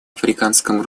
африканском